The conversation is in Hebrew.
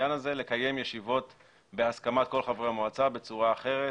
בעניין הזה לקיים ישיבות בהסכמת כל חברי המועצה בצורה אחרת.